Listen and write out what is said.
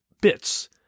bits